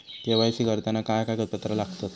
KYC करताना काय कागदपत्रा लागतत?